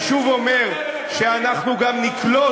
ואני שוב אומר שאנחנו גם נקלוט,